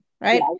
Right